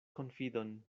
konfidon